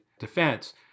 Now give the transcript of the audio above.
Defense